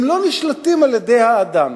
הם לא נשלטים על-ידי האדם.